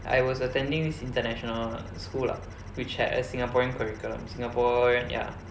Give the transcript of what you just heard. I was attending this international school lah which had a singaporean curriculum singaporean ya